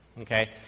Okay